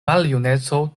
maljuneco